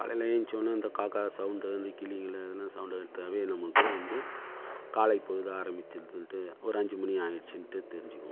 காலையிலே எழுஞ்ச ஒடனே இந்த காக்கா சவுண்டு இந்த கிளிகள் எதுனால் சவுண்டு எடுத்தாவே நமக்கு வந்து காலைப் பொழுது ஆரம்பிச்சுருதுன்ட்டு ஒரு அஞ்சு மணி ஆகிடுச்சுன்ட்டு தெரிஞ்சுக்குவோம்